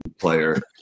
player